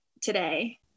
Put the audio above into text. today